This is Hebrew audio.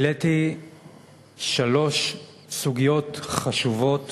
העליתי שלוש סוגיות חשובות